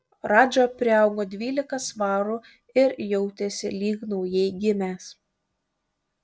radža priaugo dvylika svarų ir jautėsi lyg naujai gimęs